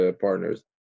Partners